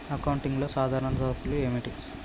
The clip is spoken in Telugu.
అకౌంటింగ్లో సాధారణ తప్పులు ఏమిటి?